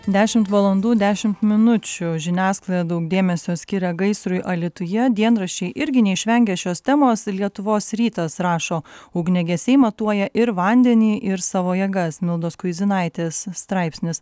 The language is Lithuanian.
dešimt valandų dešimt minučių žiniasklaida daug dėmesio skiria gaisrui alytuje dienraščiai irgi neišvengė šios temos lietuvos rytas rašo ugniagesiai matuoja ir vandenį ir savo jėgas mildos kuizinaitės straipsnis